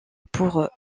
pour